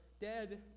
dead